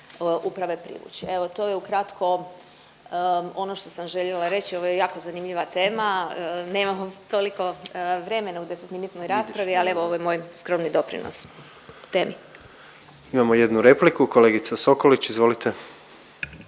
uprave privući. Evo, to je ukratko ono što sam željela reći. Ovo je jako zanimljiva tema, nemamo toliko vremena u 10 minutnoj raspravi ali evo ovo je moj skromni doprinos temi. **Jandroković, Gordan (HDZ)** Imamo jednu repliku. Kolegica Sokolić izvolite.